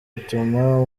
ituma